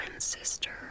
sister